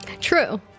true